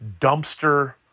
dumpster